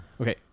Okay